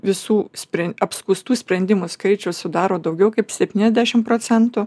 visų spren apskųstų sprendimų skaičius sudaro daugiau kaip septyniasdešim procentų